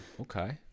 okay